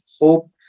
hope